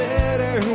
better